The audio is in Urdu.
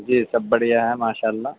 جی سب بڑھیا ہے ماشا اللہ